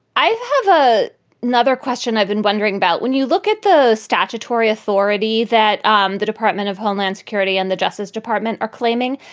i have ah another question i've been wondering about when you look at the statutory authority that um the department of homeland security and the justice department are claiming.